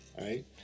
right